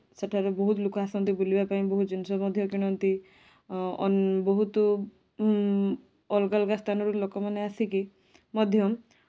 ସେଠାରେ ବହୁତ ଲୋକ ଆସନ୍ତି ବୁଲିବାପାଇଁ ବହୁ ଜିନିଷ ମଧ୍ୟ କିଣନ୍ତି ଅନ ବହୁତ ଅଲଗା ଅଲଗା ସ୍ଥାନରୁ ଲୋକମାନେ ଆସିକି ମଧ୍ୟ